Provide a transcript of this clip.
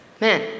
man